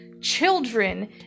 children